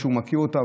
שהוא מכיר אותה,